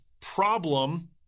problem